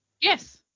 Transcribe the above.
Yes